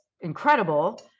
incredible